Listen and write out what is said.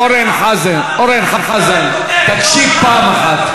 אורן חזן, תקשיב פעם אחת.